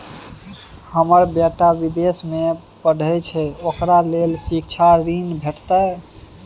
हमर बेटा विदेश में पढै छै ओकरा ले शिक्षा ऋण भेटतै?